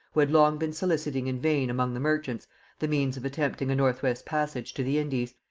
who had long been soliciting in vain among the merchants the means of attempting a northwest passage to the indies,